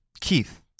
Keith